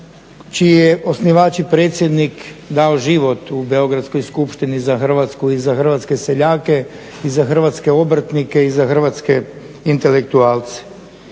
čiji je osnivač predsjednik dao život u Beogradskoj skupštini za Hrvatsku i za hrvatske seljake i za hrvatske obrtnike i za hrvatske intelektualce.